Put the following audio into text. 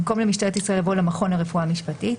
במקום "למשטרת ישראל" יבוא "למכון לרפואה משפטית".